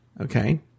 Okay